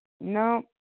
No